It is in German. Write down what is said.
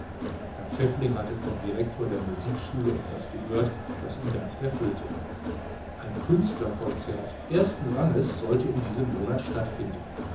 herr pfäffling hatte vom direktor der musikschule etwas gehört was ihn ganz erfüllte ein künstlerkonzert ersten ranges sollte in diesem monat stattfinden